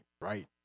right